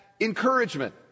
encouragement